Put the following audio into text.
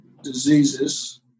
diseases